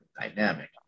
dynamic